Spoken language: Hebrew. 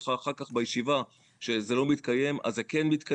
אחר כך יגידו לך בישיבה שזה לא מתקיים אז זה כן מתקיים.